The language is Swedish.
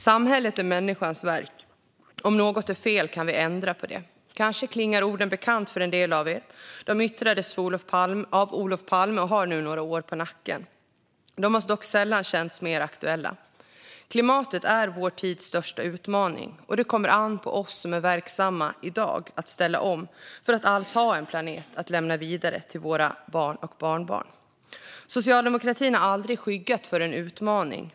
"Samhället är människans verk. Om något är fel kan vi ändra på det". Kanske klingar orden bekant för en del av er. De yttrades av Olof Palme och har nu några år på nacken. De har dock sällan känts mer aktuella. Klimatet är vår tids största utmaning. Det kommer an på oss som är verksamma i dag att ställa om för att alls ha en planet att lämna vidare till våra barn och barnbarn. Socialdemokratin har aldrig skyggat för en utmaning.